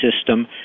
system